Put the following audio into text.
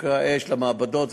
חוקרי האש והמעבדות,